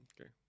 Okay